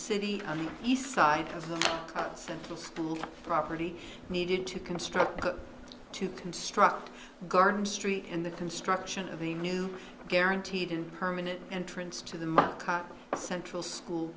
city on the east side of the central school property needed to construct to construct a garden street and the construction of a new guaranteed and permanent entrance to the central school